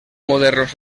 modernos